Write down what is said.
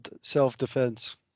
self-defense